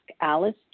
Alice